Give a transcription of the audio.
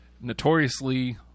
notoriously